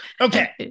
Okay